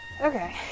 Okay